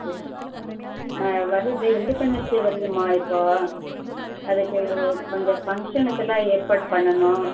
வருது independence day வருதும்மா இப்போ அதுக்கு இந்த கொஞ்சம் ஃபங்க்ஷனுக்கெல்லாம் ஏற்பாடு பண்ணனும்